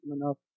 enough